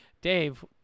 Dave